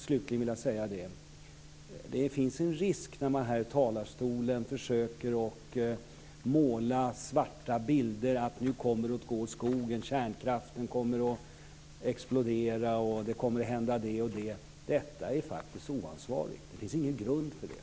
Slutligen: Att i talarstolen försöka måla svarta bilder - det kommer att gå åt skogen, kärnkraftverk kommer att explodera, det kommer att hända det ena och det andra - är faktiskt oansvarigt. Det finns ingen grund för det.